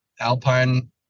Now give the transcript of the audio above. alpine